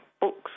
books